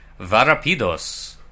Varapidos